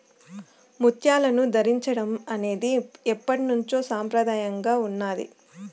ముత్యాలను ధరించడం అనేది ఎప్పట్నుంచో సంప్రదాయంగా ఉన్నాది